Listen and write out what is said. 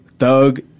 Thug